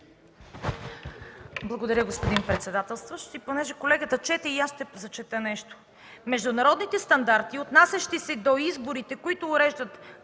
Благодаря, господин председателстващ. Понеже колегата чете, и аз ще прочета нещо: „Международните стандарти, отнасящи се до изборите, които уреждат